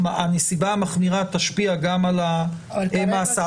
הנסיבה המחמירה תשפיע גם על המאסר --- אבל כרגע לא.